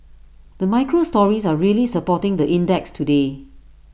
the micro stories are really supporting the index today